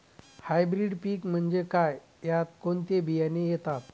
Hybrid पीक म्हणजे काय? यात कोणते बियाणे येतात?